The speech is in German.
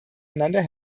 einander